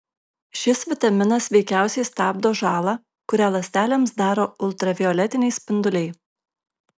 šis vitaminas veikiausiai stabdo žalą kurią ląstelėms daro ultravioletiniai spinduliai